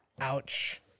ouch